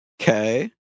Okay